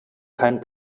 kein